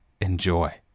Enjoy